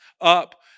up